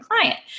client